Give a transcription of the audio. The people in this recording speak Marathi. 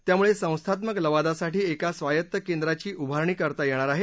त्यामुळे संस्थात्मक लवादासाठी एक स्वायत्त केंद्राची उभारणी करता येणार आहे